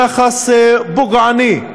יחס פוגעני,